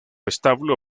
establo